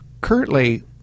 currently